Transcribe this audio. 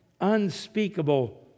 unspeakable